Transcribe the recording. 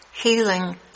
healing